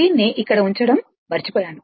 దీన్ని ఇక్కడ ఉంచడం మర్చిపోయాను